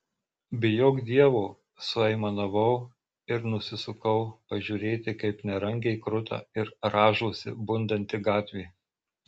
bijok dievo suaimanavau ir nusisukau pažiūrėti kaip nerangiai kruta ir rąžosi bundanti gatvė